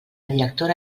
directora